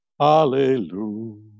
Hallelujah